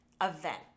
event